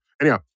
Anyhow